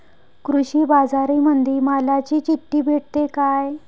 कृषीबाजारामंदी मालाची चिट्ठी भेटते काय?